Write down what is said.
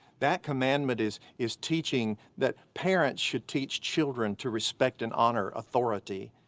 that commandment is is teaching that parents should teach children to respect and honor authority,